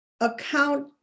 account